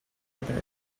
other